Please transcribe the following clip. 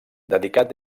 dedicat